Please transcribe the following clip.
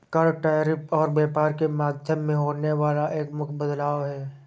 कर, टैरिफ और व्यापार के माध्यम में होने वाला एक मुख्य बदलाव हे